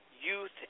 Youth